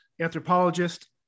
anthropologist